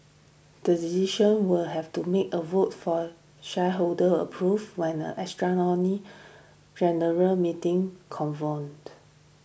the decision will have to make a vote for shareholder approval when an extraordinary general meeting convened